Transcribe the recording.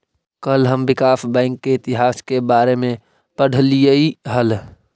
कल हम विकास बैंक के इतिहास के बारे में पढ़लियई हल